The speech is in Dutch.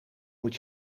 moet